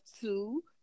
Two